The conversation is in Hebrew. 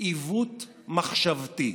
עיוות מחשבתי,